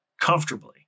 comfortably